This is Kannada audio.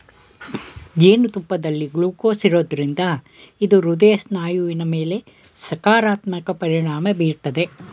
ಜೇನುತುಪ್ಪದಲ್ಲಿ ಗ್ಲೂಕೋಸ್ ಇರೋದ್ರಿಂದ ಇದು ಹೃದಯ ಸ್ನಾಯುವಿನ ಮೇಲೆ ಸಕಾರಾತ್ಮಕ ಪರಿಣಾಮ ಬೀರ್ತದೆ